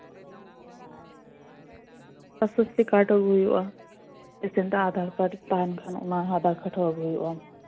Swasthya Sathi card ᱦᱚᱸ ᱦᱩᱭᱩᱜᱼᱟ ᱯᱮᱥᱮᱱᱴᱟᱜ ᱟᱫᱷᱟᱨ ᱠᱟᱨᱰ ᱛᱟᱦᱮᱱ ᱠᱷᱟᱱ ᱫᱚ ᱚᱱᱟ ᱟᱫᱷᱟᱨ ᱠᱟᱨᱰ ᱦᱚᱸ ᱟᱹᱜᱩ ᱦᱩᱭᱩᱜᱼᱟ